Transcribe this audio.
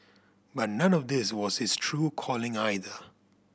but none of this was his true calling either